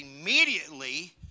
immediately